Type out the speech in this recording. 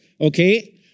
okay